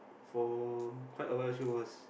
for quite a while she was